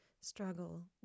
struggle